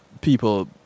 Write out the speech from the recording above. people